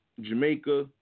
Jamaica